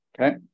Okay